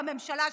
בממשלה שלהם,